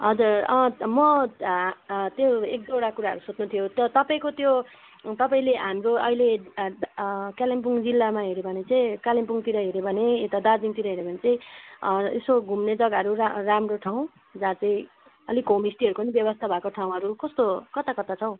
हजुर म त्यो एक दुईवटा कुराहरू सोध्नु थियो त तपाईँको त्यो तपाईँले हाम्रो अहिले हाम्रो कालिम्पोङ जिल्लामा हेऱ्यो भने चाहिँ कालिम्पोङतिर हेऱ्यो भने यता दार्जिलिङतिर हेऱ्यो भने चाहिँ यसो घुम्ने जग्गाहरू रा राम्रो ठाउँ जहाँ चाहिँ अलिक होम स्टेहरूको पनि व्यवस्था भएको ठाउँहरू कस्तो कता कता छ हौ